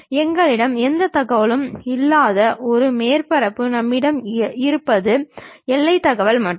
எங்களிடம் எந்த தகவலும் இல்லாத ஒரு மேற்பரப்பு நம்மிடம் இருப்பது எல்லை தகவல் மட்டுமே